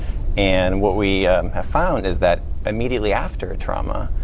and what we have found is that immediately after a trauma,